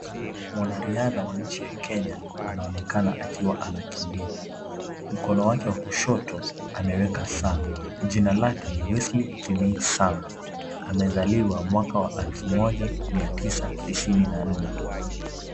Mwanariadha wa nchi ya kenya anaonekana akiwa anakimbia. Mkono wake wa kushoto ameweka saa. Jina lake ni Wesley Kimeli Sang. Amezaliwa mwaka wa elfu moja mia tisa tisini na nne.